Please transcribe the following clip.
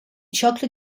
chocolate